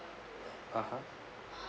(uh huh)